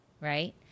right